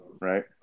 right